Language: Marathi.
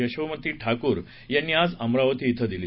यशोमती ठाकूर यांनी आज अमरावती धिं दिली